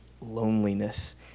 loneliness